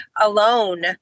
alone